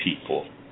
people